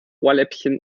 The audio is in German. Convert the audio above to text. ohrläppchen